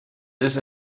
ist